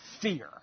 fear